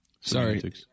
Sorry